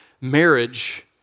marriage